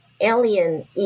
alien